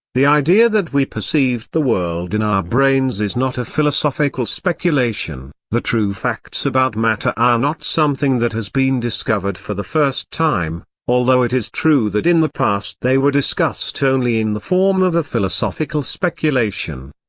the idea that we perceive the world in our brains is not a philosophical speculation the true facts about matter ah not something that has been discovered for the first time, although it is true that in the past they were discussed only in the form of a philosophical speculation.